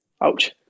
Ouch